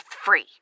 free